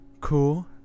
Cool